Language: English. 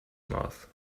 mouth